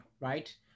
right